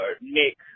Nick